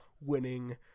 winning